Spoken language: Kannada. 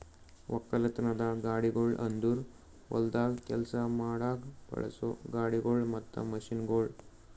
ಒಕ್ಕಲತನದ ಗಾಡಿಗೊಳ್ ಅಂದುರ್ ಹೊಲ್ದಾಗ್ ಕೆಲಸ ಮಾಡಾಗ್ ಬಳಸೋ ಗಾಡಿಗೊಳ್ ಮತ್ತ ಮಷೀನ್ಗೊಳ್